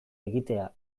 egitea